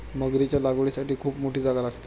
मगरीच्या लागवडीसाठी खूप मोठी जागा लागते